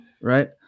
Right